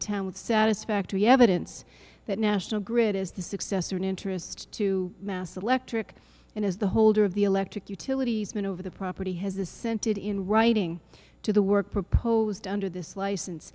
town with satisfactory evidence that national grid is the successor in interest to mass electric and as the holder of the electric utilities been over the property has assented in writing to the work proposed under this license